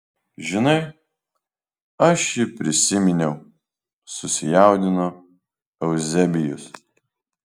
žinai aš jį prisiminiau susijaudino euzebijus